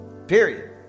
Period